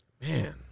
Man